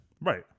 Right